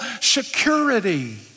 security